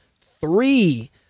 three